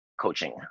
coaching